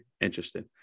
interesting